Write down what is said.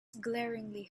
glaringly